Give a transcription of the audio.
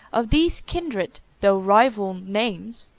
of these kindred, though rival, names,